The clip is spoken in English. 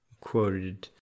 quoted